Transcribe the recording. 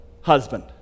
husband